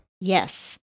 Yes